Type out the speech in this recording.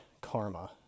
karma